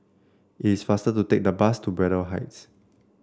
it is faster to take the bus to Braddell Heights